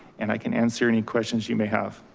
and i can answer any questions you may have.